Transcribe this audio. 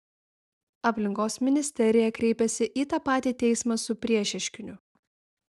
aplinkos ministerija kreipėsi į tą patį teismą su priešieškiniu